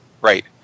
Right